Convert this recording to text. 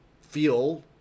feel